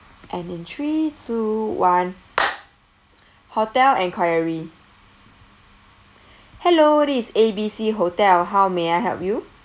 and in three two one hotel enquiry hello this is A B C hotel how may I help you